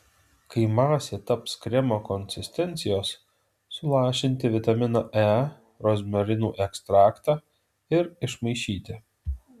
kai masė taps kremo konsistencijos sulašinti vitaminą e rozmarinų ekstraktą ir išmaišyti